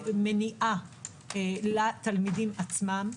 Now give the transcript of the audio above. מניעה לתלמידים לעצמם.